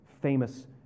famous